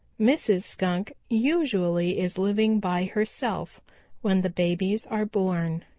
mrs. skunk usually is living by herself when the babies are born,